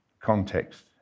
context